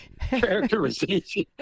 characterization